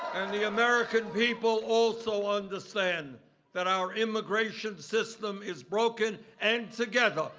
and the american people also understand that our immigration system is broken. and together,